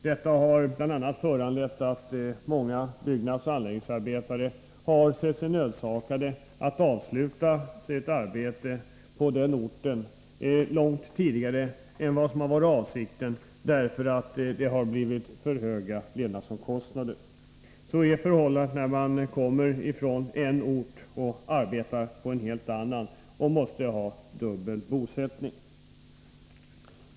Detta har bl.a. inneburit att många byggnadsoch anläggningsarbetare sett sig nödsakade att avsluta sitt arbete på orten långt tidigare än vad som varit avsikten, därför att avdragen för de ökade levnadsomkostnaderna därefter ej har medgivits. Så är förhållandena när man kommer ifrån en viss ort och arbetar på en helt annan och måste ha dubbla bosättningar.